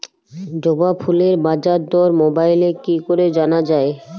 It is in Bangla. জবা ফুলের বাজার দর মোবাইলে কি করে জানা যায়?